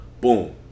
boom